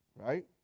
right